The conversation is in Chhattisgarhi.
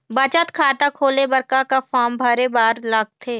बचत खाता खोले बर का का फॉर्म भरे बार लगथे?